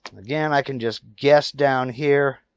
again, i can just guess down here.